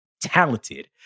talented